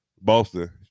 Boston